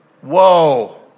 Whoa